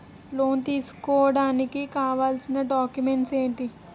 Loan తీసుకోడానికి కావాల్సిన documents ఎంటి?